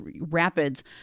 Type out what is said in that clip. rapids